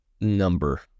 number